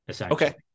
Okay